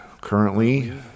currently